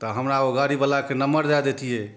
तऽ हमरा ओ गाड़ीबलाके नम्बर दए देतियै